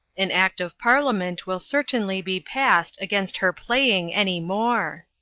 an act of parliament will certainly be passed against her playing any more!